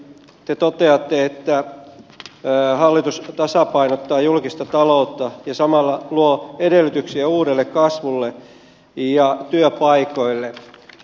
te toteatte että hallitus tasapainottaa julkista taloutta ja samalla luo edellytyksiä uudelle kasvulle ja työpaikoille